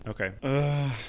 Okay